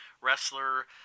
wrestler